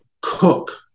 cook